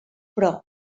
però